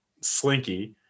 Slinky